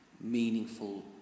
meaningful